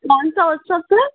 कौन सा hostel sir